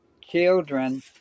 children